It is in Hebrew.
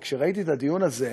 כשראיתי את הדיון הזה,